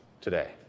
today